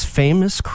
famous